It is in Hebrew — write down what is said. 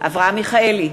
אברהם מיכאלי,